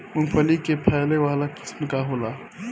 मूँगफली के फैले वाला किस्म का होला?